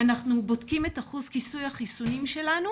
אנחנו בודקים את אחוז כיסוי החיסונים שלנו